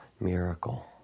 miracle